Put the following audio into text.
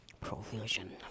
provision